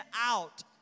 out